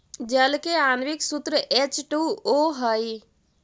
जल के आण्विक सूत्र एच टू ओ हई